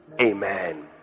Amen